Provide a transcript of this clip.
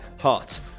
hot